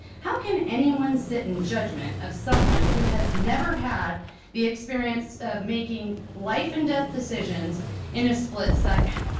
how can anyone sit in judgment of someone who has never had the experience of making life and death decisions in a split second?